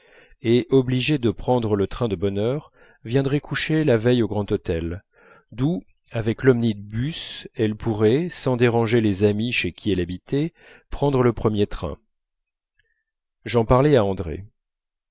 et qu'obligée de prendre le train de bonne heure elle viendrait coucher la veille au grand hôtel d'où avec l'omnibus elle pourrait sans déranger les amies chez qui elle habitait prendre le premier train j'en parlai à andrée